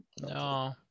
no